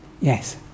Yes